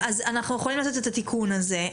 אז אנחנו יכולים לעשות את התיקון הזה,